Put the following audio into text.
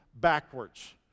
backwards